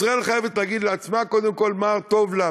ישראל חייבת להגיד לעצמה קודם כול מה טוב לה,